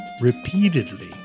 repeatedly